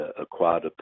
acquired